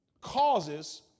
causes